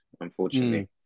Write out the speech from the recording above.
unfortunately